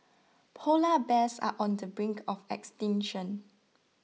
Polar Bears are on the brink of extinction